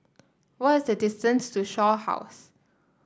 what is the distance to Shaw House